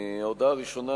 הודעה ראשונה,